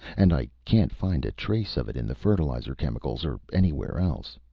and i can't find a trace of it in the fertilizer chemicals or anywhere else.